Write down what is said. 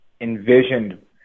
envisioned